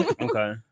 okay